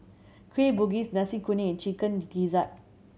Kueh Bugis Nasi Kuning and Chicken Gizzard